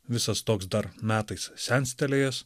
visas toks dar metais senstelėjęs